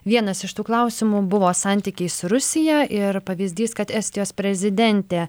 vienas iš tų klausimų buvo santykiai su rusija ir pavyzdys kad estijos prezidentė